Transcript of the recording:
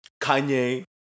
Kanye